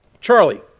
Charlie